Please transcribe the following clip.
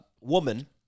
woman